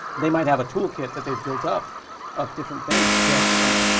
they might have a toolkit that they've built up of different things that talk to gremlin?